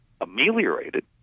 ameliorated